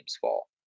fall